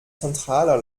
zentraler